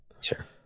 Sure